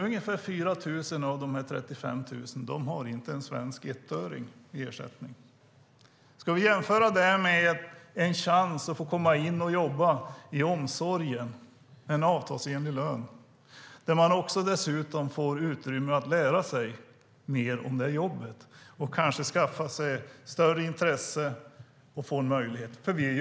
Ungefär 4 000 av de 35 500 har inte en svensk ettöring i ersättning. Ska vi jämföra det med en chans för individen att komma in och jobba inom omsorgen med en avtalsenlig lön? Man får dessutom utrymme för att lära sig mer om jobbet och kanske skaffa sig ett större intresse och få möjlighet att få ett jobb.